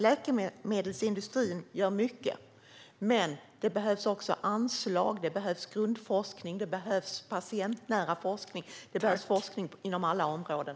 Läkemedelsindustrin gör mycket, men det behövs också anslag. Det behövs grundforskning. Det behövs patientnära forskning. Det behövs forskning inom alla områden.